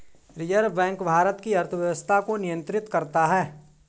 reserve bank Bharat की अर्थव्यवस्था को नियन्त्रित करता है